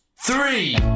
Three